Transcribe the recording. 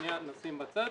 לשנייה נשים בצד.